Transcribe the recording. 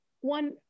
one